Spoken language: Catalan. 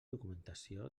documentació